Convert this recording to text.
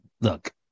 look